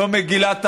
לא מגילת העצמאות,